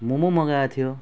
मोमो मगाएको थियो